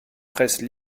presse